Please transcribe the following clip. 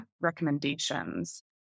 recommendations